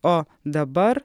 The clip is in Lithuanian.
o dabar